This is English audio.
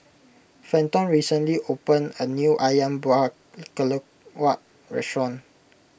Fenton recently opened a new Ayam Buah Keluak Restaurant